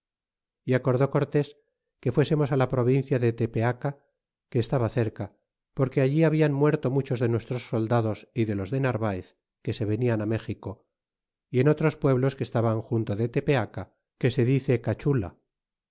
y acordó cortés que fuésemos la provincia de tepeaca que estaba cerca porque allí hablan muerto muchos de nuestros soldados y de los de narvaez que se venían méxico y en otros pueblos que estan junto de tepeaca que se dice cachula